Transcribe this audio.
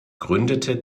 gründete